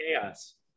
chaos